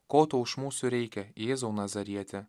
ko tau iš mūsų reikia jėzau nazarieti